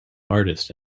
artist